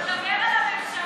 אתה מדבר על הממשלה עכשיו?